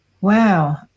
Wow